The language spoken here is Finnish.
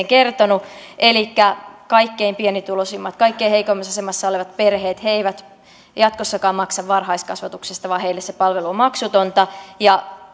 kertonut kaikkein pienituloisimmat kaikkein heikoimmassa asemassa olevat perheet eivät jatkossakaan maksa varhaiskasvatuksesta vaan heille se palvelu on maksutonta ja